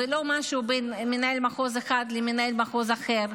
ולא משהו בין מנהל מחוז אחד למנהל מחוז אחר.